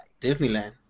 disneyland